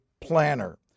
planner